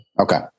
Okay